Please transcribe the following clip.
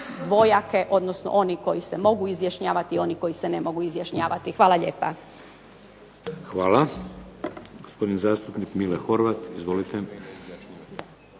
dvojake, odnosno oni koji se mogu izjašnjavati i oni koji se ne mogu izjašnjavati. Hvala lijepa. **Šeks, Vladimir (HDZ)** Hvala. Gospodin zastupnik Mile Horvat, izvolite.